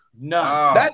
No